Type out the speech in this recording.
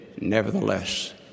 nevertheless